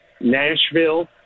Nashville